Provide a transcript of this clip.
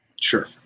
Sure